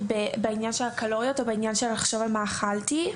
בעניין הקלוריות או במחשבה על מה אכלתי,